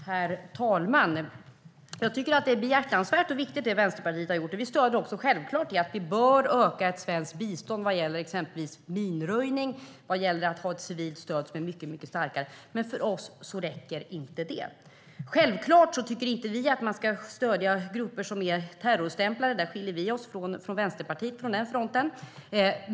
Herr talman! Jag tycker att det som Vänsterpartiet har gjort är behjärtansvärt och viktigt. Vi stöder också självklart att det svenska biståndet bör öka när det gäller exempelvis minröjning och ett mycket starkare civilt stöd. Men för oss räcker inte det. Självklart tycker vi inte att man ska stödja grupper som är terrorstämplade - där skiljer vi oss från Vänsterpartiet.